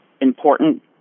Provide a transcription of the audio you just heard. important